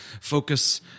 focus